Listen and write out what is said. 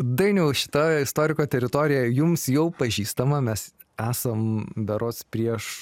dainiau šita istoriko teritorija jums jau pažįstama mes esam berods prieš